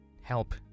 help